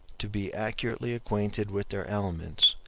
to be accurately acquainted with their elements,